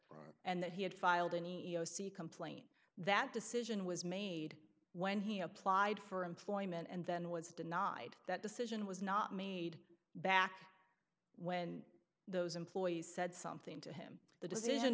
l and that he had filed an e o c complaint that decision was made when he applied for employment and then was denied that decision was not made back when those employees said something to him the decision